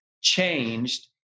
changed